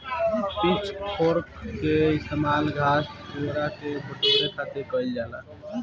pitch fork के इस्तेमाल घास, पुआरा के बटोरे खातिर कईल जाला